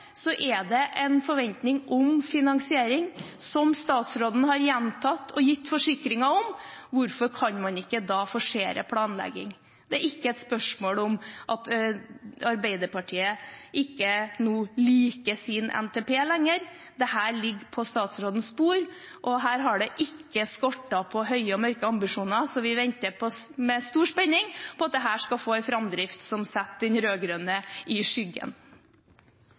er det en forventning om finansiering, som statsråden har gjentatt og gitt forsikringer om. Hvorfor kan man ikke da forsere planlegging? Det er ikke et spørsmål om at Arbeiderpartiet nå ikke liker sin NTP lenger. Dette ligger på statsrådens bord. Her har det ikke skortet på høye og mørke ambisjoner, så vi venter med stor spenning på at dette skal få en framdrift som setter den rød-grønne i skyggen.